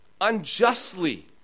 unjustly